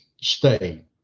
stay